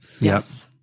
Yes